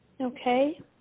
Okay